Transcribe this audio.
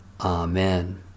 Amen